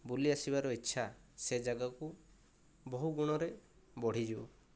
ବୁଲି ଆସିବାର ଇଛା ସେ ଜାଗାକୁ ବହୁ ଗୁଣରେ ବଢ଼ିଯିବ